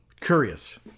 Curious